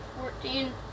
fourteen